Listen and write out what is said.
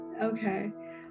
okay